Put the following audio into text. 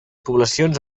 poblacions